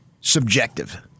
subjective